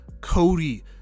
cody